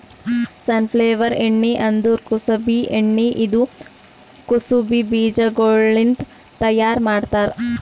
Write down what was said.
safflower ಎಣ್ಣಿ ಅಂದುರ್ ಕುಸುಬಿ ಎಣ್ಣಿ ಇದು ಕುಸುಬಿ ಬೀಜಗೊಳ್ಲಿಂತ್ ತೈಯಾರ್ ಮಾಡ್ತಾರ್